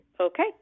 Okay